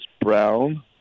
brown